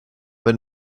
but